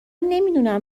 نمیدونم